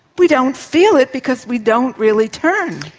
we don't feel it because we don't really turn.